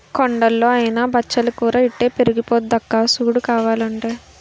కొండల్లో అయినా బచ్చలి కూర ఇట్టే పెరిగిపోద్దక్కా సూడు కావాలంటే